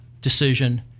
decision